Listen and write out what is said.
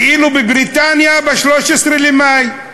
ואילו בבריטניה ב-13 במאי.